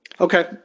Okay